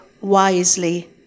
wisely